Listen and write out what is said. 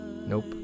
Nope